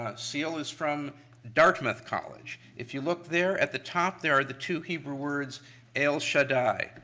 ah seal is from dartmouth college. if you look there at the top there are the two hebrew words el shaddai,